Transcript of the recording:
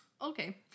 Okay